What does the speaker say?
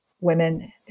women